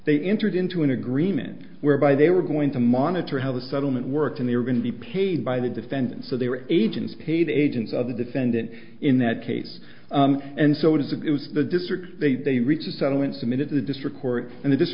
they entered into an agreement whereby they were going to monitor how the settlement worked and they were going to be paid by the defendant so they were agents paid agents of the defendant in that case and so does that was the district they reached a settlement submitted to the district court and th